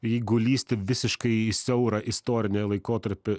jeigu lįsti visiškai į siaurą istorinį laikotarpį